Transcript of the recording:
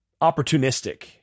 opportunistic